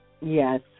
Yes